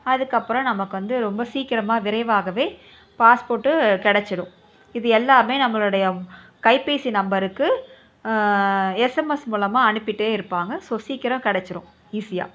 அதுக்கப்புறம் நமக்கு வந்து ரொம்ப சீக்கிரமாக விரைவாகவே பாஸ்போர்ட்டு கிடைச்சிடும் இது எல்லாமே நம்மளுடைய கைபேசி நம்பருக்கு எஸ்ஸமஸ் மூலமாக அனுப்பிகிட்டே இருப்பாங்கள் ஸோ சீக்கிரம் கிடைச்சிரும் ஈஸியாக